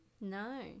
No